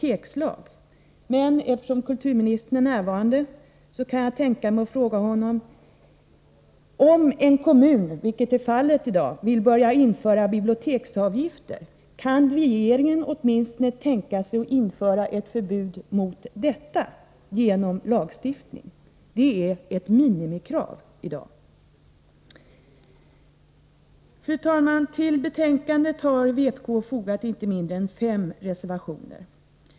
Eftersom kulturministern är närvarande vill jag fråga honom: Om en kommun vill börja införa biblioteksavgifter, vilket är fallet i dag, kan regeringen åtminstone tänka sig att införa ett förbud mot detta genom lagstiftning? Det är ett minimikrav i dag. Fru talman! Till betänkandet har vpk fogat inte mindre än sju reservationer.